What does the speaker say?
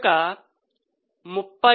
కనుక 34